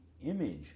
image